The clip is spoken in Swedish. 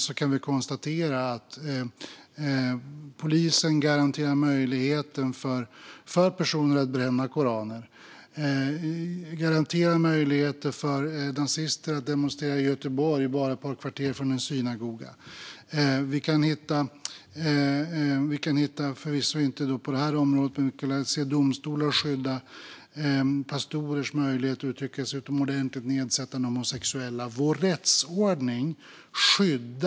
Vi kan konstatera att polisen garanterar möjligheten för personer att bränna koraner och möjligheten för nazister att demonstrera i Göteborg bara ett par kvarter från en synagoga. Vi skulle kunna få se att domstolar skyddar pastorers möjligheter att uttrycka sig utomordentligt nedsättande om homosexuella, även om detta förvisso inte rör det här området.